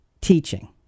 teaching